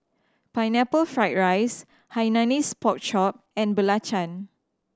Pineapple Fried rice Hainanese Pork Chop and belacan